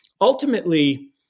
ultimately